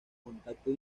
contacto